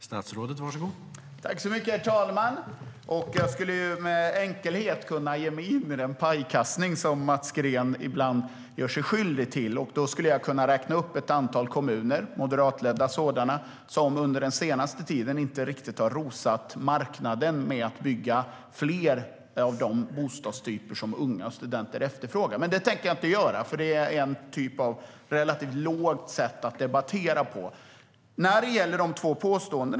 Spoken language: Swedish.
Herr talman! Jag skulle med enkelhet kunna ge mig in i den pajkastning som Mats Green ibland gör sig skyldig till. Då skulle jag kunna räkna upp ett antal kommuner, moderatledda sådana, som under den senaste tiden inte riktigt har rosat marknaden med att bygga fler av de bostadstyper som unga och studenter efterfrågar. Men detta tänker jag inte göra eftersom det är ett sätt att debattera som är på en relativt låg nivå.